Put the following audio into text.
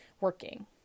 working